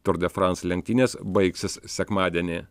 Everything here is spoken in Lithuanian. tour de france lenktynės baigsis sekmadienį